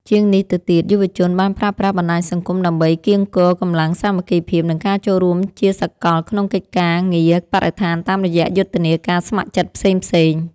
ជាងនេះទៅទៀត យុវជនបានប្រើប្រាស់បណ្ដាញសង្គមដើម្បីកៀងគរកម្លាំងសាមគ្គីភាព និងការចូលរួមជាសកលក្នុងកិច្ចការងារបរិស្ថានតាមរយៈយុទ្ធនាការស្ម័គ្រចិត្តផ្សេងៗ។